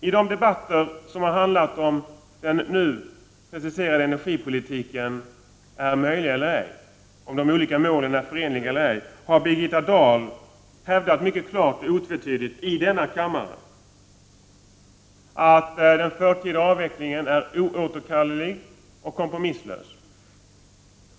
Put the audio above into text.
I de debatter som har handlat om huruvida den nu preciserade energipolitiken är möjlig eller ej, om huruvida de olika målen är förenliga eller ej, har Birgitta Dahl mycket klart och otvetydigt hävdat i denna kammare att den förtida avvecklingen är oåterkallelig och kompromisslös.